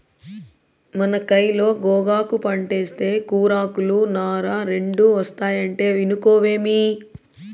మన కయిలో గోగాకు పంటేస్తే కూరాకులు, నార రెండూ ఒస్తాయంటే ఇనుకోవేమి